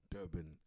Durban